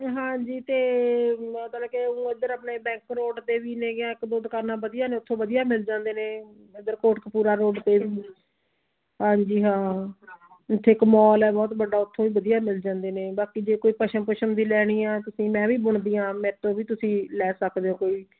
ਹਾਂ ਜੀ ਅਤੇ ਮਤਲਬ ਕਿ ਉੱਧਰ ਆਪਣੇ ਬੈਂਕ ਰੋਡ 'ਤੇ ਵੀ ਹੈਗੀਆ ਇੱਕ ਦੋ ਦੁਕਾਨਾਂ ਵਧੀਆ ਨੇ ਉੱਥੋਂ ਵਧੀਆ ਮਿਲ ਜਾਂਦੇ ਨੇ ਇੱਧਰ ਕੋਟਕਪੂਰਾ ਰੋਡ 'ਤੇ ਵੀ ਹਾਂਜੀ ਹਾਂ ਇੱਥੇ ਇੱਕ ਮੌਲ ਹੈ ਬਹੁਤ ਵੱਡਾ ਉੱਥੋਂ ਹੀ ਵਧੀਆ ਮਿਲ ਜਾਂਦੇ ਨੇ ਬਾਕੀ ਜੇ ਕੋਈ ਪਸ਼ਮ ਪੁਸ਼ਮ ਵੀ ਲੈਣੀ ਆ ਤੁਸੀਂ ਮੈਂ ਵੀ ਬੁਣਦੀ ਹਾਂ ਮੇਰੇ ਤੋਂ ਵੀ ਤੁਸੀਂ ਲੈ ਸਕਦੇ ਹੋ ਕੋਈ